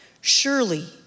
Surely